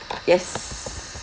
yes